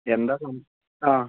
എന്താണ് തോന്നി ആ